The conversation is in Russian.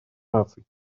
наций